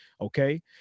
Okay